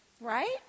Right